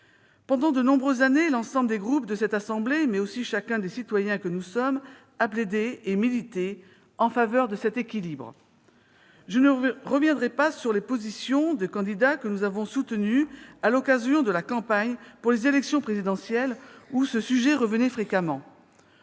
Pendant de nombreuses années, l'ensemble des groupes de cette assemblée, mais aussi chacun des citoyens que nous sommes, a plaidé et milité en faveur de cet équilibre. Je ne reviendrai pas sur les positions des candidats que nous avons soutenus à l'occasion de la campagne pour l'élection présidentielle, durant laquelle